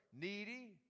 needy